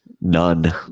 none